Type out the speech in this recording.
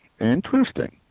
Interesting